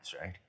right